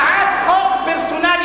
עם הצעה כזאת,